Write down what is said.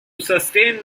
sustain